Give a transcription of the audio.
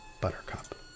Buttercup